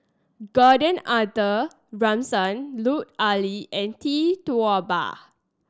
Gordon Arthur Ransome Lut Ali and Tee Tua Ba